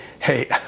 Hey